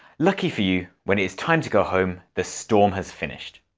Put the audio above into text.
lucky for you when it is time to go home the storm has finished.